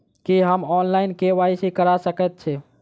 की हम online, KYC करा सकैत छी?